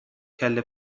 کله